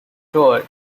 toured